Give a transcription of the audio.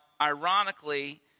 ironically